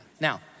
now